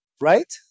Right